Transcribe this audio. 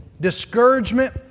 discouragement